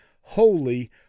Holy